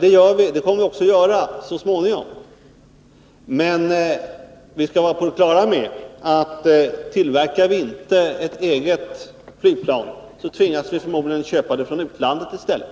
Det kommer vi också att göra så småningom. Men vi skall vara på det klara med att tillverkar vi inte ett eget flygplan, tvingas vi förmodligen köpa det från utlandet i stället,